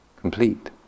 complete